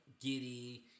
Giddy